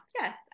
Yes